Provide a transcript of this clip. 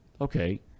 okay